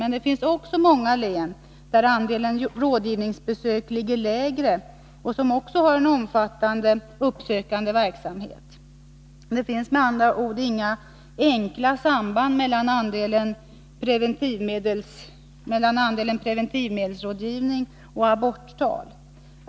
Men det finns också många län, där andelen rådgivningsbesök ligger lägre och som har en omfattande uppsökande verksamhet. Det finns med andra ord inga enkla samband mellan andelen preventivmedelsrådgivning och aborttal.